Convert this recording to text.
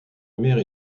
mère